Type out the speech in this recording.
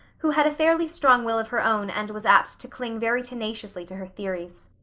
who had a fairly strong will of her own and was apt to cling very tenaciously to her theories.